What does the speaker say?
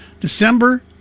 December